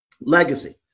legacy